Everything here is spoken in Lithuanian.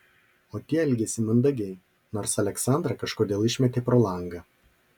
o tie elgėsi mandagiai nors aleksandrą kažkodėl išmetė pro langą